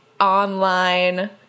online